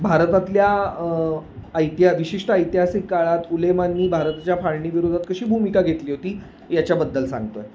भारतातल्या ऐतिआ विशिष्ट ऐतिहासिक काळात उलेमाननी भारताच्या फाळणी विरोधात कशी भूमिका घेतली होती याच्याबद्दल सांगतो आहे